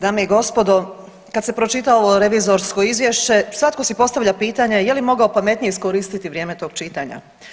Dame i gospodo, kad se pročita ovo revizorsko izvješće, svatko si postavlja pitanje je li mogao pametnije iskoristiti vrijeme tog čitanja.